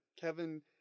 Kevin